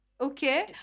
okay